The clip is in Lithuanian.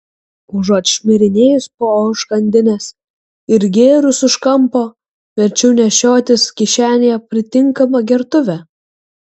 užuot šmirinėjus po užkandines ir gėrus už kampo verčiau nešiotis kišenėje pritinkamą gertuvę